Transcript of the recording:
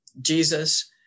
Jesus